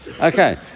Okay